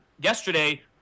yesterday